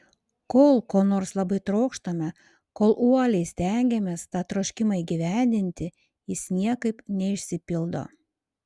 kol ko nors labai trokštame kol uoliai stengiamės tą troškimą įgyvendinti jis niekaip neišsipildo